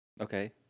Okay